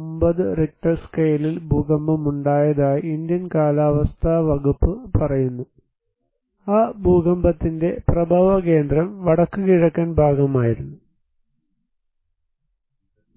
9 Richter സ്കെയിലിൽ ഭൂകമ്പമുണ്ടായതായി Indian കാലാവസ്ഥാ വകുപ്പ് പറയുന്നു ആ ഭൂകമ്പത്തിന്റെ പ്രഭവകേന്ദ്രം വടക്കുകിഴക്കൻ ഭാഗമായിരുന്നു